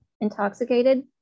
intoxicated